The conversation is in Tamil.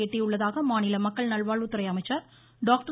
எட்டியுள்ளதாக மாநில மக்கள் நல்வாழ்வுத்துறை அமைச்சர் டாக்டர்